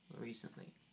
recently